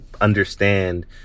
understand